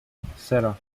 cero